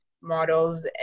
models